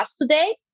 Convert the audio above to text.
today